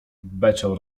beczał